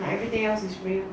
everything else is real